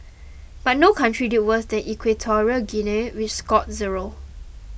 but no country did worse than Equatorial Guinea which scored zero